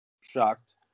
Shocked